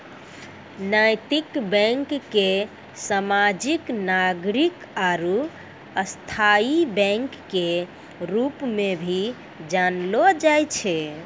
नैतिक बैंक के सामाजिक नागरिक आरू स्थायी बैंक के रूप मे भी जानलो जाय छै